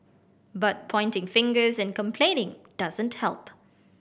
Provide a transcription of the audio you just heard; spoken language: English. but pointing fingers and complaining doesn't help